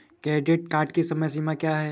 Credit card की समय सीमा क्या है?